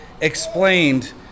explained